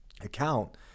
account